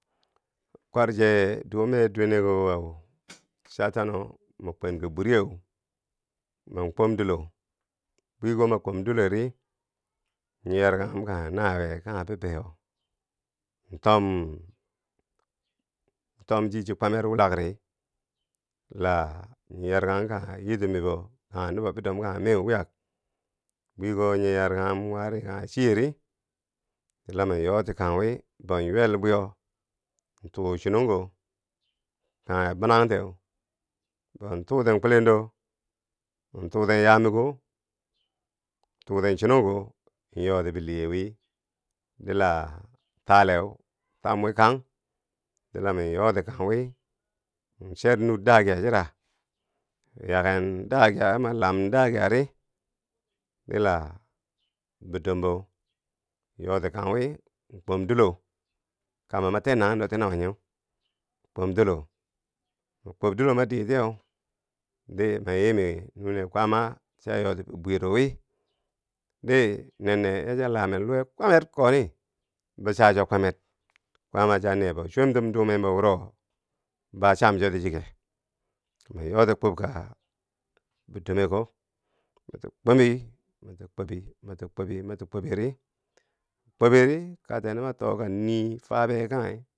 kwarche dume dwene ko weu cha tano mi kwenki bwiriyeu man kwom dilo, bwiko ma kwom dilori nyo yarkanghum kanghe nawiyeu kanghe bibeiyo in tom m tom chi, chi kwamer wulak ri la nyo yarkanghi kanghe yitub mibo, kanghe nubo bidom, kanghe nubo bidom kanghe moweu wiyak bwiko nyo yarkanghum wari kanghe chiyeri, la min yoti kang mi bon ywel bwiyo, in tuu chinongko kanghe binangteu bon tuu ten kulendo in tuuten yaa miko tuuten chinongko. yoti biliyewi dila taleu tam wii kang dii la miin, yooti kang wii min cher nur dakiya chira yaken dakiya ya ma lam dakiya ri dila bidombo in yooti kang wii kwom dilo kambo mater nanghenti na wo nyeu in kom dilo ma kwob dilo ma dii tiyeu. di ma yiimi nune kwaama cha yooti bibwiyero wii, dii nenne ya cha lamen luwe kwamer koni ba chacho kwamer, kwaama cha nebo chwemtum dumem bo wuro ba cham choti chike, ma yooti kwobka bidomeko, miti kwobi miti kwobiri, miti kwobi miti kwobiri, miti kwobori katen di ma too ka nii fabe kanghe.